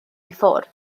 ffwrdd